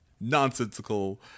nonsensical